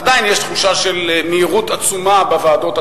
עדיין יש תחושה של מהירות עצומה בוועדות.